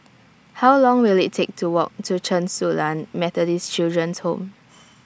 How Long Will IT Take to Walk to Chen Su Lan Methodist Children's Home